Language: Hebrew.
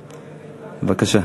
בבקשה.